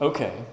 Okay